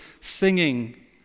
singing